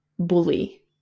bully